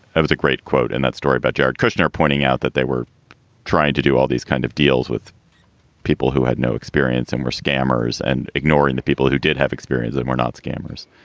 it was a great quote. and that story about jared kushner pointing out that they were trying to do all these kind of deals with people who had no experience and were scammers and ignoring the people who did have experience that and were not scammers.